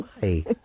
Hey